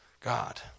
God